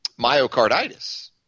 myocarditis